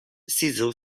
cesar